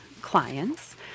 clients